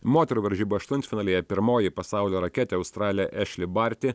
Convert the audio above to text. moterų varžybų aštuntfinalyje pirmoji pasaulio raketė australė ešli barti